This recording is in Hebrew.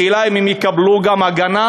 השאלה אם הם יקבלו גם הגנה,